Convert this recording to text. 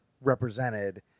represented